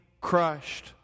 crushed